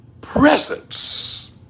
presence